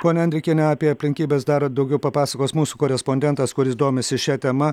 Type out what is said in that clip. ponia andrikiene apie aplinkybes dar daugiau papasakos mūsų korespondentas kuris domisi šia tema